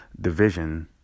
division